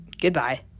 goodbye